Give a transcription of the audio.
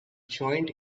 joint